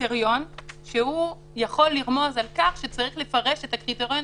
קריטריון שיכול לרמוז על כך שצריך לפרש את הקריטריון